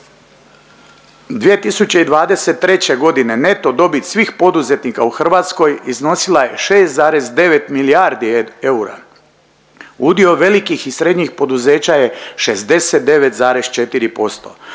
2023. godine neto dobit svih poduzetnika u Hrvatskoj iznosila je 6,9 milijardi eura. Udio velikih i srednjih poduzeća je 69,4%.